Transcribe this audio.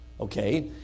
Okay